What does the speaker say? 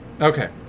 Okay